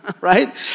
right